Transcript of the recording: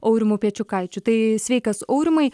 aurimu piečiukaičiu tai sveikas aurimai